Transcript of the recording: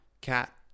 cat